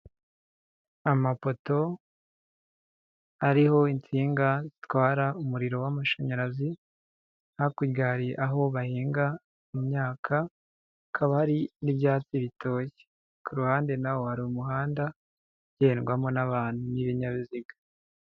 Amapoto ariho insinga zitwara umuriro w'amashanyarazi, hakurya hari aho bahinga imyaka hakaba hari n'ibyatsi bitoshye, ku ruhande naho hari umuhanda ugendwamo n'abantu n'ibinyabiziga.